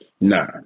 nah